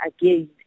again